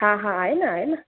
हा हा आहे न आहे न